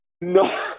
No